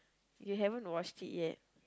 you haven't watched it yet